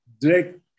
direct